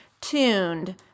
tuned